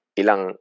ilang